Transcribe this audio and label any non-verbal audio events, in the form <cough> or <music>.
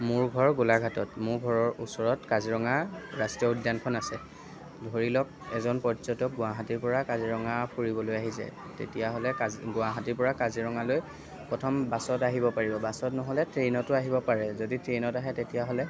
মোৰ ঘৰ গোলাঘাটত মোৰ ঘৰৰ ওচৰত কাজিৰঙা ৰাষ্ট্ৰীয় উদ্যানখন আছে ধৰি লওক এজন পৰ্যটক গুৱাহাটীৰ পৰা কাজিৰঙা ফুৰিবলৈ আহিছে তেতিয়াহ'লে <unintelligible> গুৱাহাটীৰ পৰা কাজিৰঙালৈ প্ৰথম বাছত আহিব পাৰিব বাছত নহ'লে ট্ৰেইনতো আহিব পাৰে যদি ট্ৰেইনত আহে তেতিয়াহ'লে